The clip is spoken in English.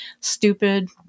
stupid